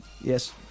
yes